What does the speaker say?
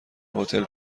هتل